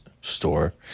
store